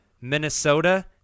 Minnesota